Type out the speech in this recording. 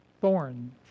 thorn